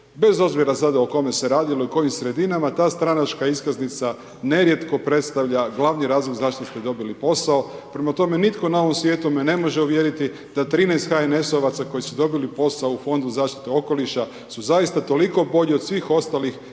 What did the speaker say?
bez obzira sada o kome se radilo i kojim sredinama, ta stranačka iskaznica nerijetko predstavlja glavni razlog zašto ste dobili posao. Prema tome, nitko na ovome svijetu me ne može uvjeriti da 13 HNS-ovaca koji su dobili posao u Fondu zaštite okoliša su zaista toliko bolji od svih ostalih